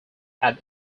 had